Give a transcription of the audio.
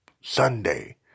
Sunday